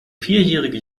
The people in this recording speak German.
vierjährige